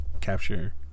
capture